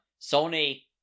Sony